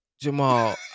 Jamal